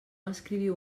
escriviu